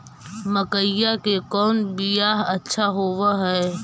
मकईया के कौन बियाह अच्छा होव है?